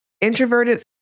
Introverted